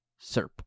SERP